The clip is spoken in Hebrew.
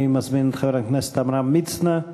אני מזמין את חבר הכנסת עמרם מצנע.